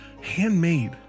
handmade